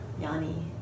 Yanni